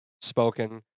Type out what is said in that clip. spoken